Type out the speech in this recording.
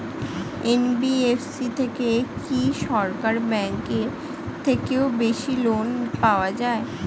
NBFC থেকে কি সরকারি ব্যাংক এর থেকেও বেশি লোন পাওয়া যায়?